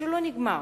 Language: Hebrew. שלא נגמר,